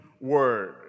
word